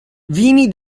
vini